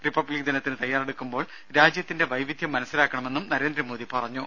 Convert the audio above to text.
republic ദിനത്തിന് തയാറെടുക്കുമ്പോൾ രാജ്യത്തിന്റെ വൈവിധ്യം മനസിലാക്കണമെന്നും നരേന്ദ്രമോദി പറഞ്ഞു